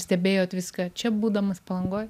stebėjot viską čia būdamas palangoj